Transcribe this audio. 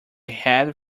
head